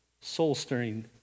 soul-stirring